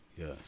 Yes